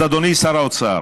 אז אדוני שר האוצר,